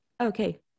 okay